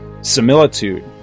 similitude